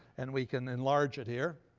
and we can enlarge it here.